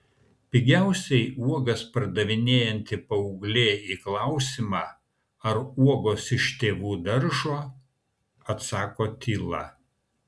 pigiausiai uogas pardavinėjanti paauglė į klausimą ar uogos iš tėvų daržo atsako tyla